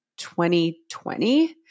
2020